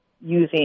using